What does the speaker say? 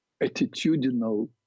attitudinal